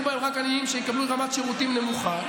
בהן רק עניים שיקבלו רמת שירותים נמוכה.